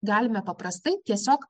galime paprastai tiesiog